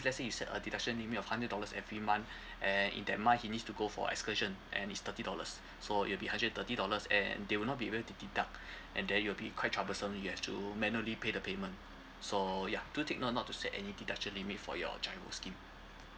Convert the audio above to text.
let's say you set a deduction limit of hundred dollars every month and in that month he needs to go for excursion and it's thirty dollars so it'll be hundred thirty dollars and they will not be able to deduct and then you'll be quite troublesome you have to manually pay the payment so ya do take no not to set any deduction limit for your GIRO scheme